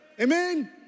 Amen